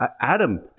Adam